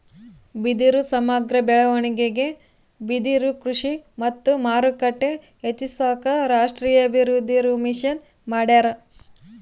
ಬಿದಿರು ಸಮಗ್ರ ಬೆಳವಣಿಗೆಗೆ ಬಿದಿರುಕೃಷಿ ಮತ್ತು ಮಾರುಕಟ್ಟೆ ಹೆಚ್ಚಿಸಾಕ ರಾಷ್ಟೀಯಬಿದಿರುಮಿಷನ್ ಮಾಡ್ಯಾರ